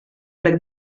rec